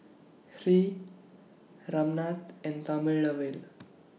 Hri Ramnath and Thamizhavel